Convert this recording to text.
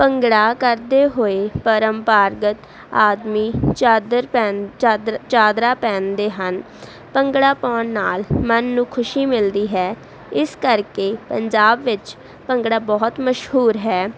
ਭੰਗੜਾ ਕਰਦੇ ਹੋਏ ਪ੍ਰੰਪਰਾਗਤ ਆਦਮੀ ਚਾਦਰਾ ਪਹਿਨ ਚਾਦਰਾ ਚਾਦਰਾ ਪਹਿਨਦੇ ਹਨ ਭੰਗੜਾ ਪਾਉਣ ਨਾਲ ਮਨ ਨੂੰ ਖੁਸ਼ੀ ਮਿਲਦੀ ਹੈ ਇਸ ਕਰਕੇ ਪੰਜਾਬ ਵਿੱਚ ਭੰਗੜਾ ਬਹੁਤ ਮਸ਼ਹੂਰ ਹੈ